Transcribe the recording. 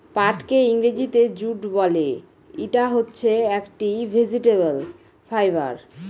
পাটকে ইংরেজিতে জুট বলে, ইটা হচ্ছে একটি ভেজিটেবল ফাইবার